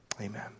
amen